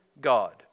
God